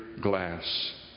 glass